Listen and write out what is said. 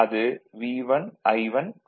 அது V1I1cos ∅1